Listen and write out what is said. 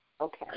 Okay